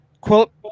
Quote